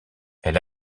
elle